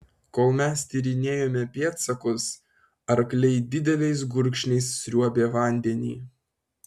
kol mes tyrinėjome pėdsakus arkliai dideliais gurkšniais sriuobė vandenį